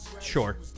Sure